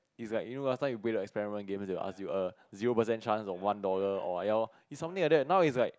it's like you know last time you play the experiment games they will ask you err zero percent chance or one dollar or ya lor it's something like that now it's like